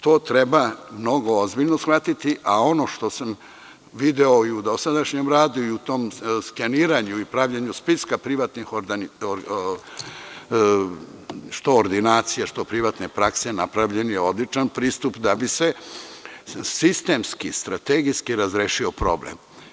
To treba mnogo ozbiljno shvatiti, a ono što sam video i u dosadašnjem radu i u tom skeniranju i pravljenju spiska privatnih ordinacija, napravljen je odličan pristup da bi se sistemski, strategijski razrešio problem.